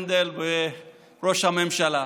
הנדל וראש הממשלה.